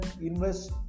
invest